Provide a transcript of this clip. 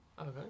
Okay